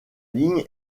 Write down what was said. ligne